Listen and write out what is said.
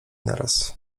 naraz